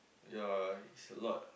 ya it's a lot